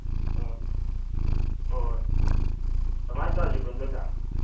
ꯑ ꯍꯣꯏ ꯍꯣꯏ ꯑꯗꯨꯃꯥꯏꯅ ꯇꯧꯔꯁꯤꯀꯣ ꯏꯟꯗꯣꯝꯆꯥ